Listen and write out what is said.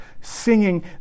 singing